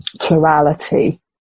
plurality